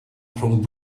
rhwng